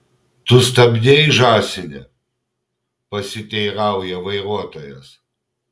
tu stabdei žąsine pasiteirauja vairuotojas